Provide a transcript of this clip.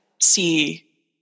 see